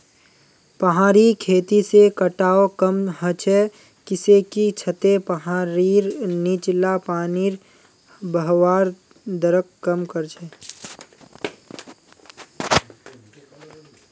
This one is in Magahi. पहाड़ी खेती से कटाव कम ह छ किसेकी छतें पहाड़ीर नीचला पानीर बहवार दरक कम कर छे